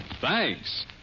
Thanks